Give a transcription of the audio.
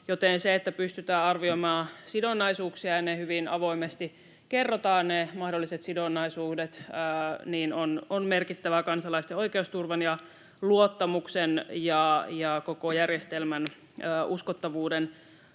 Se, että pystytään arvioimaan sidonnaisuuksia ja hyvin avoimesti kerrotaan ne mahdolliset sidonnaisuudet, on merkittävää kansalaisten oikeusturvan ja luottamuksen ja koko järjestelmän uskottavuuden